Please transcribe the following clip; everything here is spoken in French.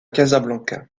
casablanca